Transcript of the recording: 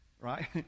right